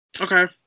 Okay